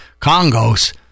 congos